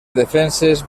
defenses